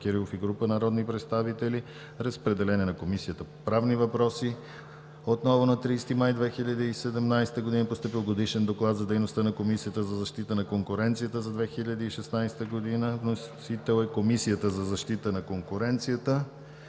Кирилов и група народни представители. Разпределен е на Комисията по правни въпроси. На 30 май 2017 г. е постъпил Годишен доклад за дейността на Комисията за защита на конкуренцията за 2016 г. Вносител е Комисията за защита на конкуренцията.